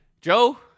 Joe